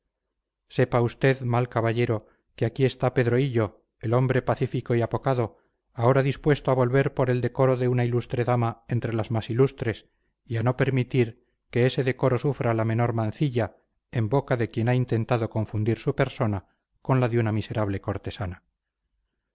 sepa usted mal caballero que aquí está pedro hillo el hombre pacífico y apocado ahora dispuesto a volver por el decoro de una ilustre dama entre las más ilustres y a no permitir que ese decoro sufra la menor mancilla en boca de quien ha intentado confundir su persona con la de una miserable cortesana